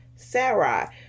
sarah